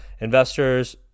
investors